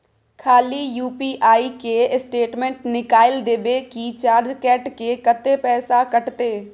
खाली यु.पी.आई के स्टेटमेंट निकाइल देबे की चार्ज कैट के, कत्ते पैसा कटते?